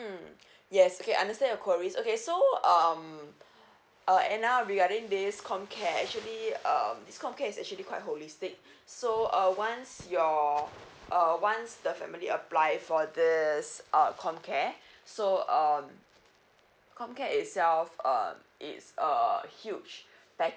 mm yes okay I understand your queries okay so um uh anna regarding this comcare actually um this comcare is actually quite holistic so uh once you're uh once the family apply for this uh comcare so um comcare itself um it's err huge